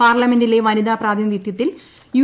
പാർലമെന്റിലെ വനിതാ പ്രാതിനിധ്യത്തിൽ യു